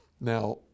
Now